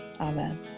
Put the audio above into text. Amen